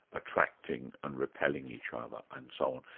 attracting and repelling each other and so on.